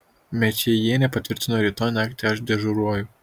mečėjienė patvirtino rytoj naktį aš dežuruoju